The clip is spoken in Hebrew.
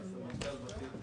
אני סמנכ"ל בכיר,